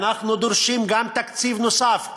אנחנו דורשים גם תקציב נוסף,